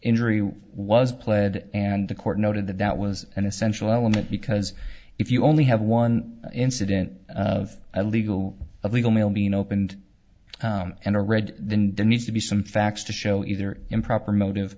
injury was pled and the court noted that that was an essential element because if you only have one incident of illegal of legal mail being opened and a read then that needs to be some facts to show either improper motive